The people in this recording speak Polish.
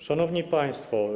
Szanowni Państwo!